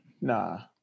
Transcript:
Nah